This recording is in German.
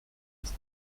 ist